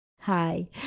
Hi